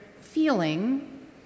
feeling